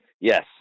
yes